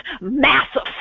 massive